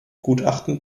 gutachten